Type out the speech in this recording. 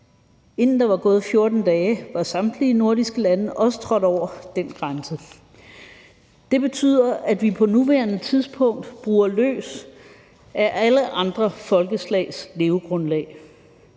inden der var gået 14 dage, var samtlige nordiske lande også trådt over den grænse. Det betyder, at vi på nuværende tidspunkt bruger løs af alle andre folkeslags levegrundlag.